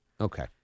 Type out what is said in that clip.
Okay